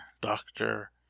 doctor